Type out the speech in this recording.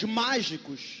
mágicos